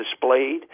displayed